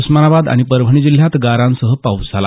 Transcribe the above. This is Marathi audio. उस्मानाबाद आणि परभणी जिल्ह्यात गारांसह पाऊस झाला